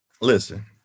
Listen